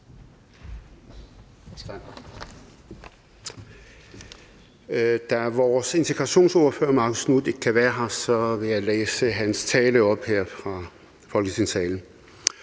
Da vores integrationsordfører, Marcus Knuth, ikke kan være her, vil jeg læse hans tale op her i Folketingssalen.